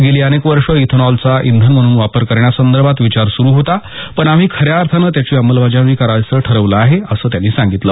गेली अनेक वर्षं इथेनॉलचा इंधन म्हणून वापर करण्यासंदर्भात विचार सुरु होता पण आम्ही खऱ्या अर्थानं त्याची अंमलबजावणी करायचं ठरवलं आहे असं त्यांनी सांगितलं